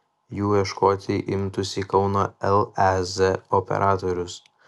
jų ieškoti imtųsi kauno lez operatorius